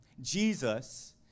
Jesus